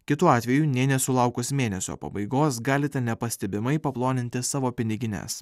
kitu atveju nė nesulaukus mėnesio pabaigos galite nepastebimai paploninti savo pinigines